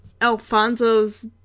Alfonso's